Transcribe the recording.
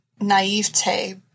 naivete